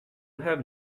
have